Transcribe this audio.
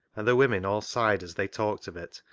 and the women all sighed as they talked of it,